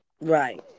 Right